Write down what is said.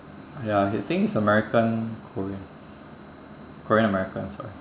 ya think he's american korean korean american sorry